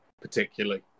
particularly